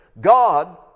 God